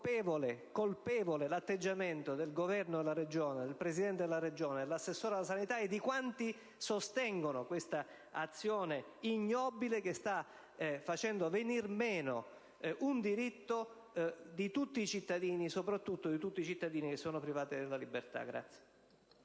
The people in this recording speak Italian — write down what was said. colpevole l'atteggiamento del Governo della Regione, del Presidente della Regione, dell'assessore alla sanità e di quanti sostengono questa azione ignobile che sta facendo venir meno un diritto di tutti cittadini, soprattutto di quelli che sono privati della libertà.